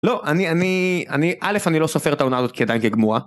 לא אני אני אני א' אני לא סופר את העונה הזאת כי היא עדיין כגמורה